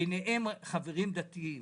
ביניהם חברים דתיים